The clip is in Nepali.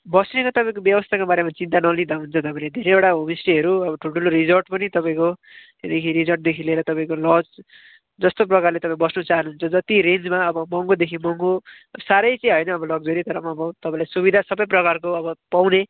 बस्ने त तपाईँको व्यवस्थाको बारेमा चिन्ता नलिँदा हुन्छ तपाईँले धेरैवटा होमस्टेहरू अब ठुल्ठुलो रिसोर्ट पनि तपाईँको त्यहाँदेखि रिसोर्टदेखि लिएर तपाईँको लज जस्तो प्रकारले तपाईँ बस्न चाहनुहुन्छ जति रेन्जमा अब महँगोदेखि महँगो साह्रै चाहिँ होइन अब लक्जरी तर महँगो तपाईँले सुविधा अब सबै प्रकारको अब पाउने